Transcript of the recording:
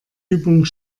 übung